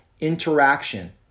interaction